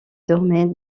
dormait